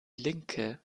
linke